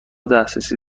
دسترسی